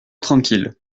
tranquille